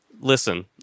Listen